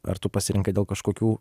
ar tu pasirinkai dėl kažkokių